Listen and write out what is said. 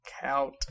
count